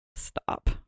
stop